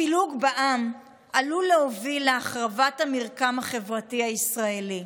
הפילוג בעם עלול להוביל להחרבת המרקם החברתי הישראלי.